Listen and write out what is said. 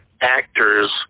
actors